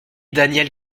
danielle